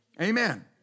Amen